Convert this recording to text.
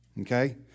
okay